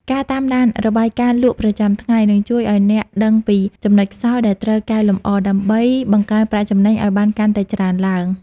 ការតាមដាន "របាយការណ៍លក់ប្រចាំថ្ងៃ" នឹងជួយឱ្យអ្នកដឹងពីចំណុចខ្សោយដែលត្រូវកែលម្អ ដើម្បីបង្កើនប្រាក់ចំណេញឱ្យបានកាន់តែច្រើនឡើង។